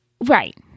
right